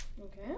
Okay